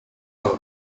aga